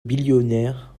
billonnière